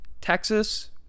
Texas